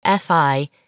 FI